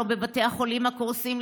לא בבתי החולים הקורסים,